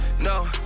No